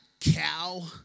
cow